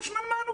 הוא שמנמן.